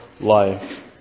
life